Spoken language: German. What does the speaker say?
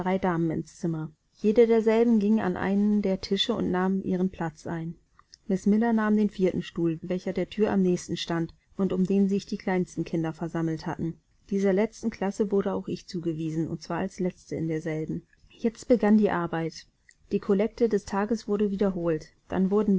damen ins zimmer jede derselben ging an einen der tische und nahm ihren platz ein miß miller nahm den vierten stuhl welcher der thür am nächsten stand und um den die kleinsten kinder sich versammelt hatten dieser letzten klasse wurde auch ich zugewiesen und zwar als letzte in derselben jetzt begann die arbeit die kollekte des tages wurde wiederholt dann wurden